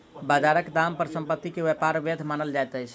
बजारक दाम पर संपत्ति के व्यापार वैध मानल जाइत अछि